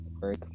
work